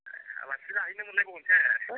आलासि जाहैनो मोनलायबावसै